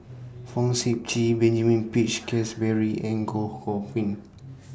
Fong Sip Chee Benjamin Peach Keasberry and Goh